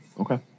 Okay